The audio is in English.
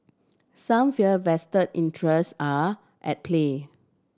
some fear vest interest are at play